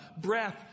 breath